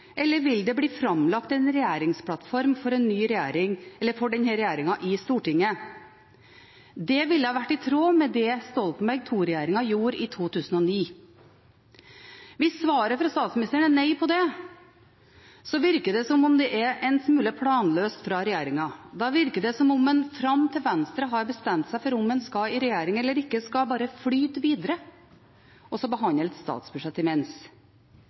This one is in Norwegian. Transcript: eller vil det bli framlagt en regjeringsplattform for denne regjeringen i Stortinget? Det ville vært i tråd med det Stoltenberg II-regjeringen gjorde i 2009. Hvis svaret fra statsministeren på det er nei, virker det som om det er en smule planløst fra regjeringen. Da virker det som om en fram til Venstre har bestemt seg for om en skal i regjering eller ikke, bare skal flyte videre